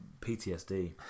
PTSD